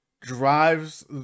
drives